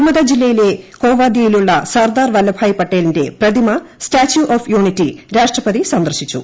നർമ്മദാ ജില്ലയിലെ കേവാദ്യയിലുള്ള സർദാർ വല്ലഭായ് പട്ടേലിന്റെ പ്രതിമ സ്റ്റാച്ച്യൂ ഓഫ് യൂണിറ്റി രാഷ്ട്രപതി സന്ദർശിച്ചു